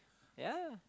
ya